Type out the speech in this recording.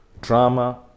drama